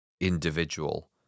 individual